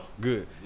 Good